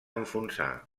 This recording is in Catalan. enfonsar